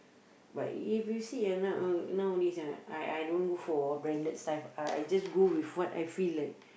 but if you see ah now~ nowadays I I I don't go for branded stuff I just go with what I feel like